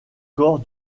corps